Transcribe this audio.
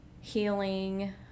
healing